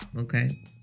Okay